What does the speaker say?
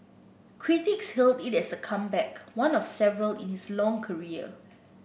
critics hailed it as a comeback one of several in his long career